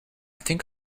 think